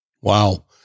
Wow